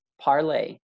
parlay